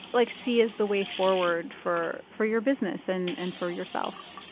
like, see as the way forward for for your business and and for yourself?